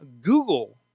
Google